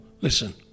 Listen